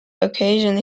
occasion